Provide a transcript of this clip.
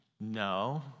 No